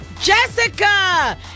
Jessica